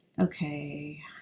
okay